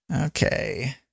okay